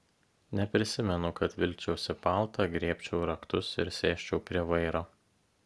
neprisimenu kad vilkčiausi paltą griebčiau raktus ir sėsčiau prie vairo